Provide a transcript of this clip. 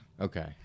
Okay